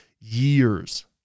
years